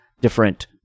different